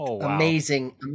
amazing